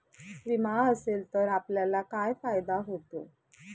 विमा असेल तर आपल्याला काय फायदा होतो?